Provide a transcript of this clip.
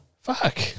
Fuck